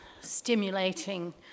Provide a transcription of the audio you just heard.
stimulating